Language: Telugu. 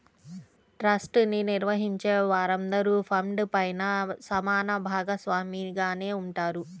ట్రస్ట్ ని నిర్వహించే వారందరూ ఫండ్ పైన సమాన భాగస్వామిగానే ఉంటారు